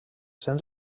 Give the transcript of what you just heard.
cents